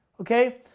Okay